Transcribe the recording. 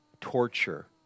torture